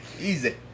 easy